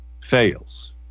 fails